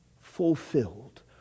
fulfilled